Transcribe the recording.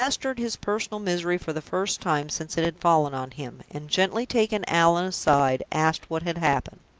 he mastered his personal misery for the first time since it had fallen on him, and gently taking allan aside, asked what had happened.